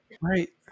Right